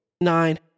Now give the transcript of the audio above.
Nine